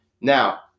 now